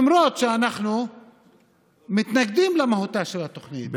למרות שאנחנו מתנגדים למהותה של התוכנית,